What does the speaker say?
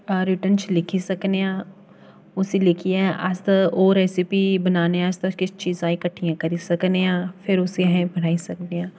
written च लिखी सकने आं उसी लिखियै अस ओह् रैस्पी बनाने आस्तै किश चीज़ां इक्कठियां करी सकने आं फिर उसी अहें बनाई सकने आं